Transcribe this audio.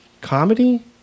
comedy